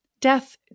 Death